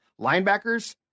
linebackers